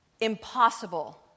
impossible